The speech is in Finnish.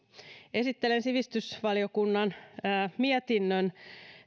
esittelen sivistysvaliokunnan mietinnön